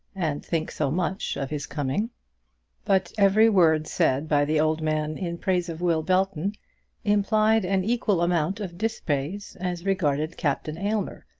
and think so much of his coming but every word said by the old man in praise of will belton implied an equal amount of dispraise as regarded captain aylmer,